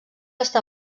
està